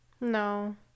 No